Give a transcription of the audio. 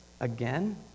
again